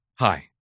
Hi